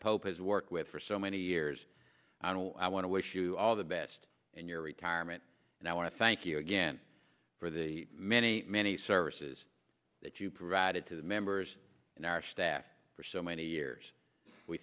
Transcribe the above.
pope has worked with for so many years i know i want to wish you all the best and your retirement now i thank you again for the many many services that you provided to the members in our staff for so many years we